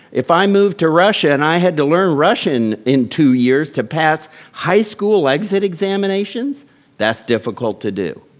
if i moved to russia and i had to learn russian in two years to pass high school exit examinations that's difficult to do.